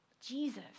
Jesus